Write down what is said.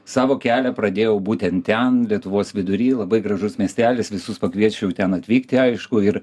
savo kelią pradėjau būtent ten lietuvos vidury labai gražus miestelis visus pakviesčiau ten atvykti aišku ir